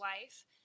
wife